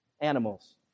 animals